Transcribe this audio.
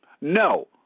No